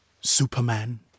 Superman